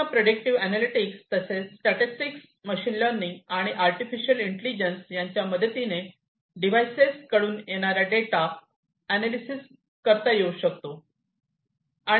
भिन्न predictive analytics तसेच statistics machine learning आणि आर्टिफिशिअल इंटेलिजन्स यांच्या मदतीने डिव्हायसेस कडून येणारा डेटा एनालिसिस करता येऊ शकतो